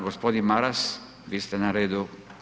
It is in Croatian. Gospodin Maras, vi ste na redu.